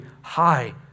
high